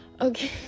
Okay